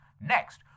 Next